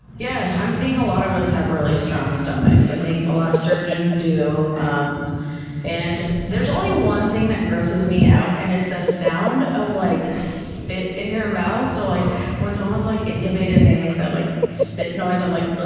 yeah think a lot of us have really strong stomachs. i think a lot of surgeons do. um and there's only one thing that grosses me out and it's the ah sound of like spit in your mouth. so like when someone's like intubated and they make the like spit noise, i'm like.